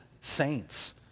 saints